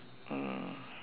ah